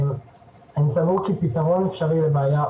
אני סבור כי פתרון אפשרי לבעיה,